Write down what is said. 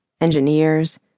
engineers